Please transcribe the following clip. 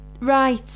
right